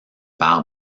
par